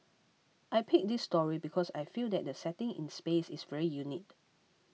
I picked this story because I feel that the setting in space is very unique